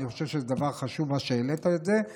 אני חושב שמה שהעלית זה דבר חשוב.